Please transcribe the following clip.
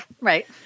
right